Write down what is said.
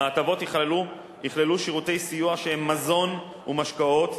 ההטבות יכללו שירותי סיוע, שהם מזון ומשקאות,